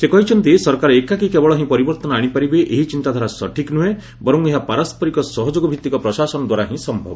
ସେ କହିଛନ୍ତି ସରକାର ଏକାକୀ କେବଳ ହିଁ ପରିବର୍ଭନ ଆଶିପାରିବେ ଏହି ଚିନ୍ତାଧାରା ସଠିକ୍ ନୁହେଁ ବର ଏହା ପାରସରିକ ସହଯୋଗ ଭିତ୍ତିକ ପ୍ରଶାସନ ଦ୍ୱାରା ହିଁ ସମ୍ଭବ